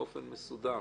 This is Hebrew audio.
בבקשה.